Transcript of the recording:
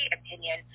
opinion